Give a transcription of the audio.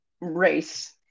race